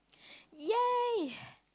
!yay!